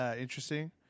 interesting